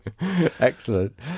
excellent